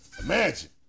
Imagine